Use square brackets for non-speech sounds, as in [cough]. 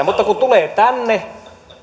[unintelligible] mutta kun tulee tänne